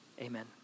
amen